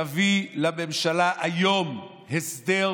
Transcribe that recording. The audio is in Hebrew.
תביא לממשלה היום הסדר